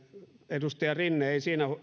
edustaja rinne ei siinä